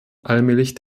allmählich